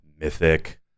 mythic